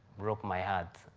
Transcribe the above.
broke my heart,